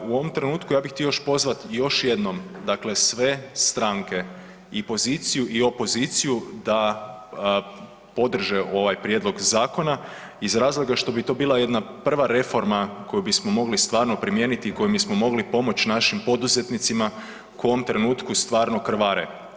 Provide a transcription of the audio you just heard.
U ovom trenutku ja bih htio još pozvati još jednom dakle sve stranke, i poziciju i opoziciju da podrže ovaj Prijedlog zakona iz razloga što bi to bila jedna prva reforma koju bismo mogli stvarno primijeniti i kojom bismo mogli pomoći našim poduzetnicima koji u ovom trenutku stvarno krvare.